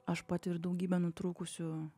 aš patiriu daugybę nutrūkusių